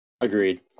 Agreed